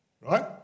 right